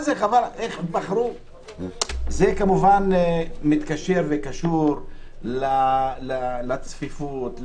זה כמובן מתקשר וקשור לצפיפות,